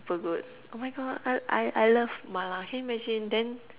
super good oh my God I I I love Mala can you imagine then